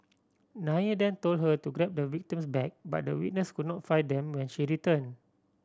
Nair then told her to grab the victim's bag but the witness could not find them when she returned